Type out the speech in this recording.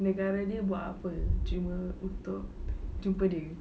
negara dia buat apa cuma untuk jumpa dia